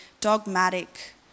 dogmatic